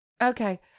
okay